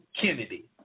Kennedy